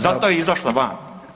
Zato je izašla van.